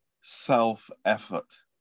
self-effort